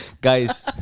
Guys